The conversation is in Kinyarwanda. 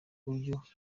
buryo